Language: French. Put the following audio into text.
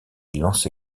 lancé